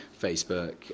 facebook